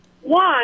One